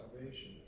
salvation